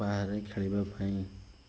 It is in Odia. ବାହାରେ ଖେଳିବା ପାଇଁ